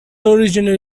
originally